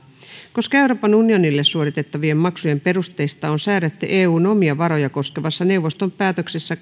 koska euroopan unionille suoritettavien maksujen perusteista on säädetty eun omia varoja koskevassa neuvoston päätöksessä